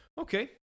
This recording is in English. Okay